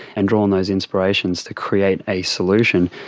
and draw on those inspirations to create a solution.